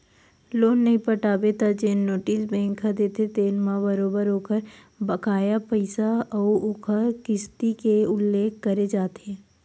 loan नइ पटाबे त जेन नोटिस बेंक ह देथे तेन म बरोबर ओखर बकाया पइसा अउ ओखर किस्ती के उल्लेख करे जाथे